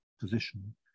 position